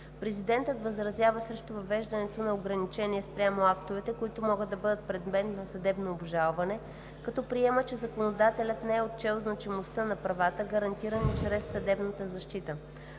Президентът възразява срещу въвеждането на ограничение спрямо актовете, които могат да бъдат предмет на съдебно обжалване, като приема, че законодателят не е отчел значимостта на правата, гарантирани чрез съдебната защита.